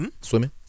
Swimming